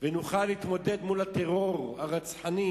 ונוכל להתמודד מול הטרור הרצחני,